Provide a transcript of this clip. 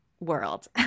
world